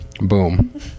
Boom